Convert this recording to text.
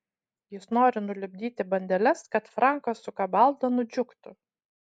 jis nori nulipdyti bandeles kad frankas su kabalda nudžiugtų